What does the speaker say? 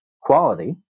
quality